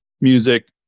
music